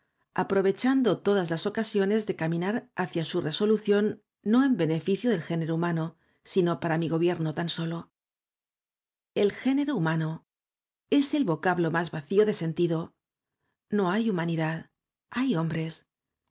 aprovechando todas las ocasiones de c a minar hacia su resolución no en beneficio del género humano sino para mi gobierno tan sólo el género humano es el vocablo más vacío de sentido no hay humanidad hay hombres